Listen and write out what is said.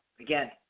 again